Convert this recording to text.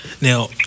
Now